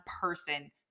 person